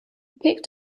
picked